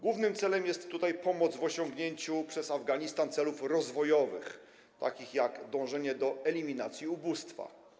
Głównym celem jest tutaj pomoc w osiągnięciu przez Afganistan celów rozwojowych, takich jak dążenie do eliminacji ubóstwa.